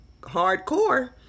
hardcore